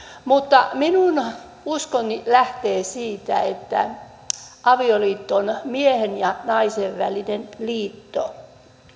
mutta minun uskoni lähtee siitä että avioliitto on miehen ja naisen välinen liitto